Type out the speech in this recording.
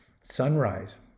sunrise